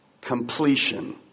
completion